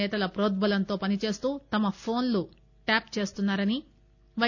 నేతల హ్రొద్బలంతో పనిచేస్తూ తమ ఫోన్లు ట్యాప్ చేస్తున్సా రని పై